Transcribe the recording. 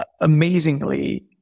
amazingly